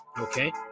Okay